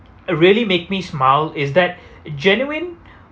uh really make me smile is that genuine